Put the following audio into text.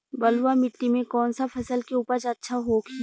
बलुआ मिट्टी में कौन सा फसल के उपज अच्छा होखी?